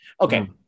okay